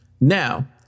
Now